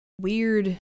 weird